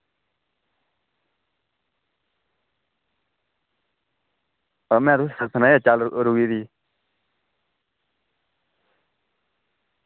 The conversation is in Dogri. कम्म ऐ ते सनाया चाल रुकी गेदी